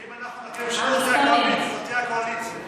אם אנחנו נרכיב ממשלה זו תהיה הקואליציה.